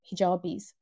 hijabis